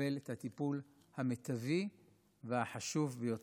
שיקבל את הטיפול המיטבי והחשוב ביותר.